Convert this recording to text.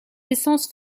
essences